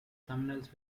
thumbnails